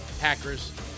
hackers